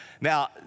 Now